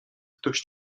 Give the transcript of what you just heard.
ktoś